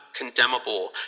condemnable